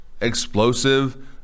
explosive